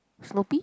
Snoopy